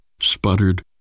sputtered